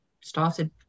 started